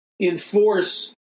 Enforce